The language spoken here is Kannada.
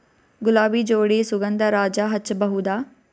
ಗುಲಾಬಿ ಜೋಡಿ ಸುಗಂಧರಾಜ ಹಚ್ಬಬಹುದ?